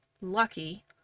lucky